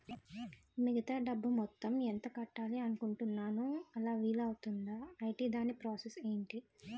మిగతా డబ్బు మొత్తం ఎంత కట్టాలి అనుకుంటున్నాను అలా వీలు అవ్తుంధా? ఐటీ దాని ప్రాసెస్ ఎంటి?